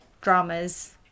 dramas